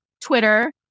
Twitter